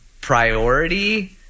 priority